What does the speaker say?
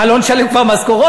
מה, לא נשלם כבר משכורות?